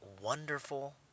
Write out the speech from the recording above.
wonderful